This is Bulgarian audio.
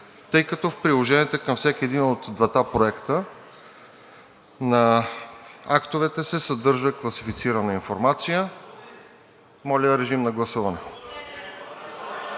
тъй като в приложенията към всеки един от двата проекта на актовете се съдържа класифицирана информация. Моля, гласувайте.